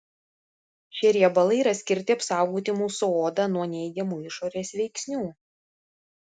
šie riebalai yra skirti apsaugoti mūsų odą nuo neigiamų išorės veiksnių